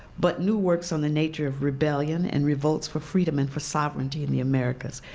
but new words on the nature of rebellion and revolts for freedom and for sovereignty in the americas,